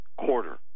quarter